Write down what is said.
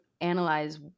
analyze